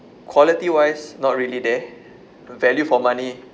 quality wise not really there value for money